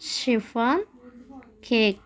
chiffon cake